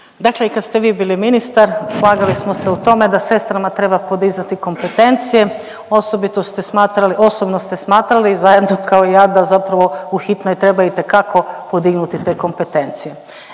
dakle i kad ste vi bili ministar, slagali smo se u tome da sestrama treba podizati kompetencije, osobito ste smatrali, osobno ste smatrali, zajedno kao i ja da zapravo u hitnoj treba itekako podignuti te kompetencije.